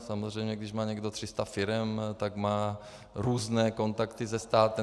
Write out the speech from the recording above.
Samozřejmě když má někdo 300 firem, tak má různé kontakty se státem.